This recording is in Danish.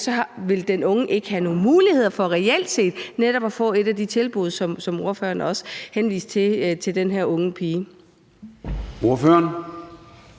vil den unge ikke have nogen muligheder for reelt set at få et af de tilbud, som ordføreren også henviste til i forhold